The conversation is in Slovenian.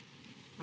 Hvala